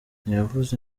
ntiyavuze